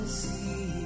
see